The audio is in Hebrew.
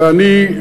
ואני,